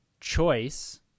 choice